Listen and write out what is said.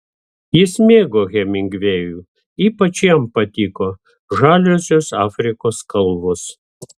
jis mėgo hemingvėjų ypač jam patiko žaliosios afrikos kalvos